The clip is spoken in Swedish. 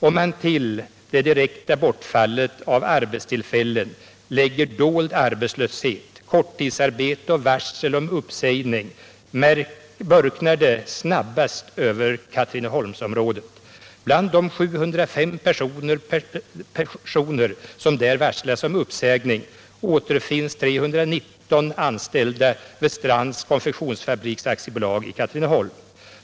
Om man till det direkta bortfallet av arbetstillfällen lägger dold arbetslöshet, korttidsarbete och varsel om uppsägning mörknar det snabbast över Katrineholmsområdet. Bland de 705 personer som där varslats om uppsägning återfinns 319 anställda vid Strands Konfektions AB i Katrineholm.